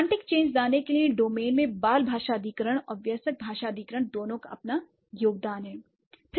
semantic change लाने के लिए डोमेन में बाल भाषा अधिग्रहण और वयस्क भाषा अधिग्रहण दोनों का अपना योगदान है